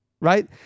right